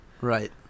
Right